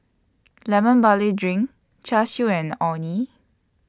Lemon Barley Drink Char Siu and Orh Nee